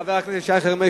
חבר הכנסת שי חרמש,